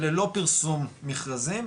אלה לא פרסום מכרזים,